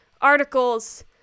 articles